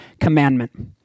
commandment